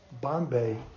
Bombay